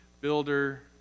Builder